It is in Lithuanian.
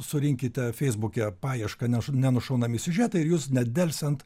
surinkite feisbuke paiešką neš nenušaunami siužetai ir jūs nedelsiant